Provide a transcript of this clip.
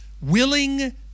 Willing